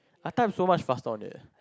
last time so much faster that eh